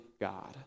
God